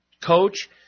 coach